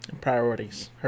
Priorities